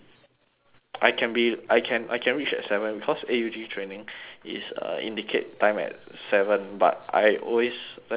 I can be I can I can reach at seven because A_U_G training is uh indicate time at seven but I always like to go early